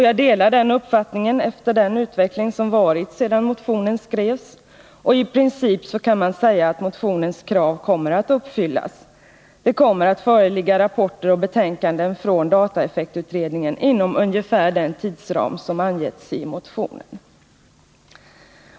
Jag delar den uppfattningen, efter den utveckling som ägt rum sedan motionen skrevs. I princip kan man säga att motionens krav kommer att uppfyllas; det kommer att föreligga rapporter och betänkanden från dataeffektutredningen inom ungefär den tidsram som angetts i motionen.